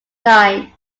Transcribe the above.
line